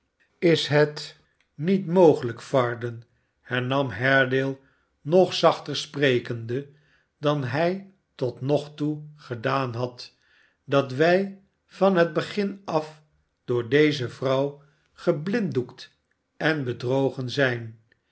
is het niet mogelijk varden hernam haredale nog zachter sprekende dan hij tot nog toe gedaan had dat wij van het begin af door deze vrouw geblinddoekt en bedrogen zijn